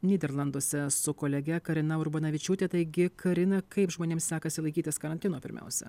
nyderlanduose su kolege karina urbanavičiūte taigi karina kaip žmonėms sekasi laikytis karantino pirmiausia